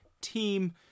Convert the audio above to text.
team